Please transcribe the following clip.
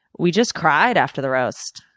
we just cried after the roast.